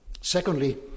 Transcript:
Secondly